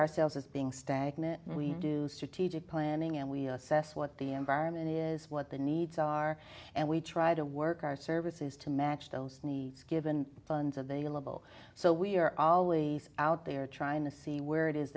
ourselves as being stagnant we do strategic planning and we'll assess what the environment is what the needs are and we try to work our services to match those needs given funds available so we are always out there trying to see where it is